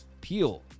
Peel